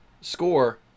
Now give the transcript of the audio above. score